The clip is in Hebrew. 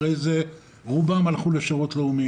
אחרי זה רובן הלכו לשירות לאומי,